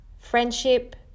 friendship